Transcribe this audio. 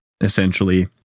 essentially